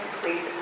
please